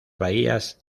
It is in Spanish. bahías